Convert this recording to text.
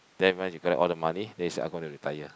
then when you collect all the money then you say I gonna retire